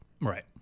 Right